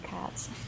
cats